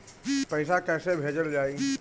पैसा कैसे भेजल जाइ?